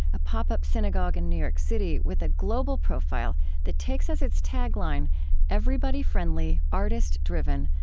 a pop-up synagogue in new york city with a global profile that takes as its tagline everybody-friendly, artist-driven,